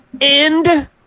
end